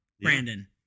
Brandon